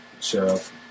sheriff